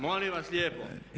Molim vas lijepo